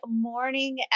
morning